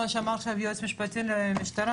מה שאמר עכשיו היועץ המשפטי של המשטרה,